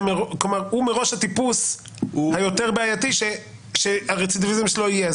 הוא מראש הטיפוס היותר בעייתי שהרצידביזם שלו יהיה.